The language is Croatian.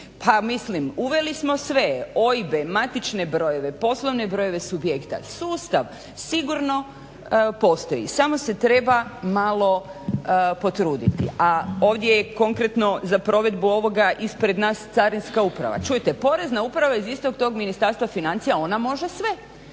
pa mislim uveli smo sve, OIB, matične brojeve, poslovne brojeve subjekta, sustav sigurno postoji samo se treba malo potruditi. A ovdje je konkretno za provedbu ovoga ispred nas Carinska uprava. Čujte, Porezna uprava iz istog tog Ministarstva financija ona može sve,